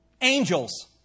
Angels